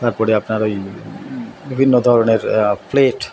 তারপরে আপনার ওই বিভিন্ন ধরণের প্লেট